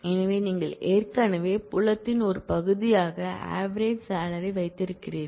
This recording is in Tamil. எனவே நீங்கள் ஏற்கனவே புலத்தின் ஒரு பகுதியாக ஆவரேஜ் சாலரி வைத்திருக்கிறீர்கள்